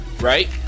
Right